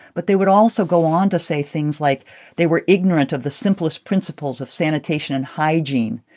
but they would also go on to say things like they were ignorant of the simplest principles of sanitation and hygiene,